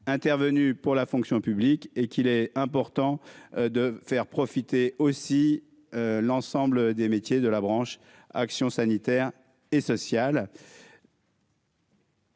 intervenue pour la fonction publique et qu'il est important de faire profiter aussi l'ensemble des métiers de la branche action sanitaire et sociale.